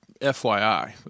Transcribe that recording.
FYI